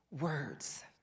words